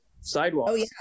sidewalks